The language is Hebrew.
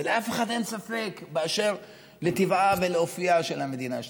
ולאף אחד אין ספק באשר לטבעה ולאופייה של המדינה שלנו.